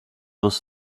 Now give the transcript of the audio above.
was